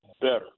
better